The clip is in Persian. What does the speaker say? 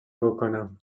بکنم